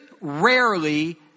rarely